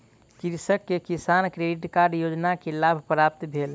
कृषक के Kisan credit card योजना के लाभ प्राप्त भेल